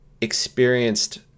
experienced